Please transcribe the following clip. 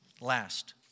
Last